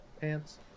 pants